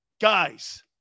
Guys